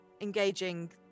engaging